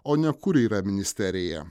o ne kur yra ministerija